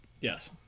Yes